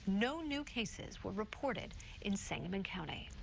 no new cases were reported in sangamon county.